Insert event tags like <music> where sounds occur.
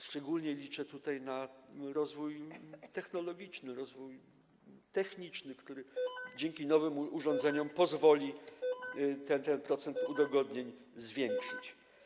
Szczególnie liczę tutaj na rozwój technologiczny, rozwój techniczny, który dzięki nowym urządzeniom <noise> pozwoli ten procent udogodnień zwiększyć.